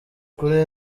kuri